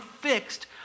fixed